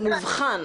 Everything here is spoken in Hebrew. זה מובחן,